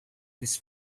this